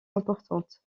importantes